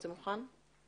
(הצגת סרטון.) ליאת,